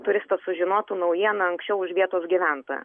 turistas sužinotų naujieną anksčiau už vietos gyventoją